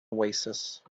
oasis